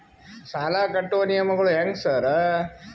ಸಾಲ ಕಟ್ಟುವ ನಿಯಮಗಳು ಹ್ಯಾಂಗ್ ಸಾರ್?